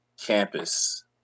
campus